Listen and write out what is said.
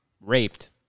raped